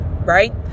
Right